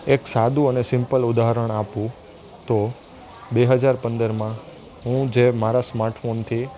એક સાદું અને સિમ્પલ ઉદાહરણ આપું તો બે હજાર પંદરમાં હું જે મારા સ્માર્ટફોનથી